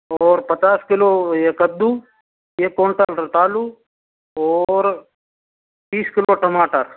और पचास किलो ये कद्दू ये रतालू और बीस किलो टमाटर